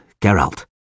Geralt